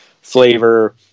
flavor